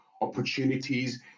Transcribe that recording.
opportunities